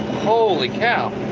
holy cow,